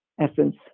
Essence